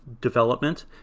development